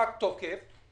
פג תוקף.